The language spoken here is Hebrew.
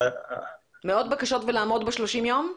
מאות בקשות ולעמוד ב-30 יום?